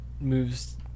moves